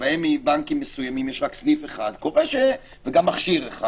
שבהם לבנקים מסוימים יש רק סניף אחד וגם מכשיר אחד,